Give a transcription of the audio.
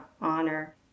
honor